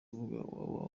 rubuga